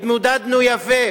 התמודדנו יפה